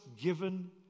given